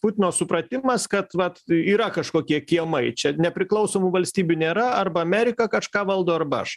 putino supratimas kad vat yra kažkokie kiemai čia nepriklausomų valstybių nėra arba amerika kažką valdo arba aš